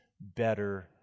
better